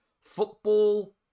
football